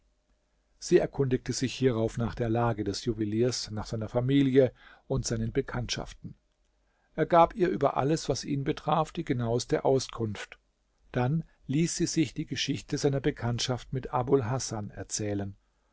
sie erkundigte sich hierauf nach der lage des juweliers nach seiner familie und seinen bekanntschaften er gab ihr über alles was ihn betraf die genaueste auskunft dann ließ sie sich die geschichte seiner bekanntschaft mit abul hasan erzählen